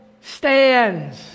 stands